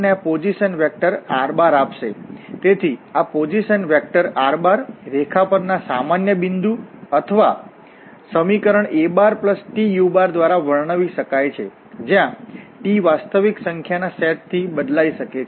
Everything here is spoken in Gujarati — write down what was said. તેથી આ પોઝિશન વેક્ટરપોઝિશન વેક્ટર r રેખા પરના સામાન્ય બિંદુ અથવા સમીકરણ atu દ્વારા દર્શાવી શકાય છે જ્યાં t વાસ્તવિક સંખ્યાના સેટથી બદલાઈ શકે છે